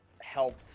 helped